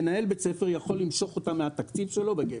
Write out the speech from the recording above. מנהל בית הספר יכול למשוך אותה מהתקציב שלו בגפ"ן.